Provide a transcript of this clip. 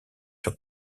sur